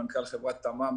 מנכ"ל חברת תמ"מ.